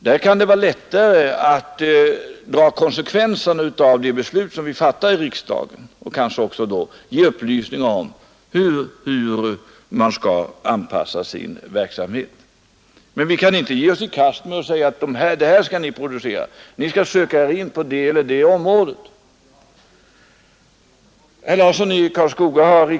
Där kan det vara lättare att dra konsekvensen av de beslut som fattas i riksdagen och kanske också lättare att ge upplysning om hur företagen skall anpassa sin verksamhet. Men vi kan inte ge oss i kast med att säga: Det här skall ni producera, ni skall söka er in på det eller det området.